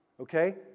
okay